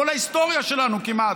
כל ההיסטוריה שלנו כמעט,